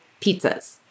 pizzas